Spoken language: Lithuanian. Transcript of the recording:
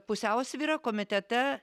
pusiausvyra komitete